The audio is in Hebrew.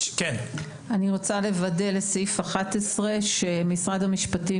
אני רוצה לוודא לסעיף 11 שמשרד המשפטים